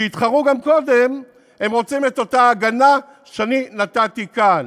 שהתחרו גם קודם, הם רוצים את אותה הגנה שנתתי כאן.